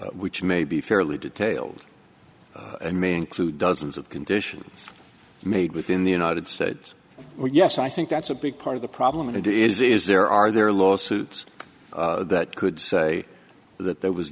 which may be fairly detailed and may include dozens of conditions made within the united states or yes i think that's a big part of the problem and it is is there are there lawsuits that could say that